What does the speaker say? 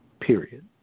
period